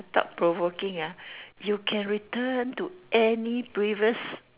thought provoking ah you can return to any previous